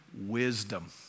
wisdom